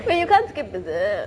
wait you can't skip is it